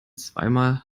zweimal